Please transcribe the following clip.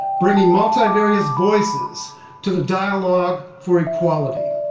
bringing multifarious voices to the dialogue for equality.